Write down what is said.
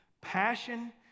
Passion